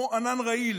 כמו ענן רעיל,